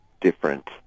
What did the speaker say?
different